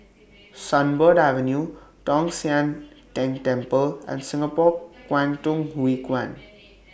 Sunbird Avenue Tong Sian Tng Temple and Singapore Kwangtung Hui Kuan